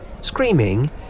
screaming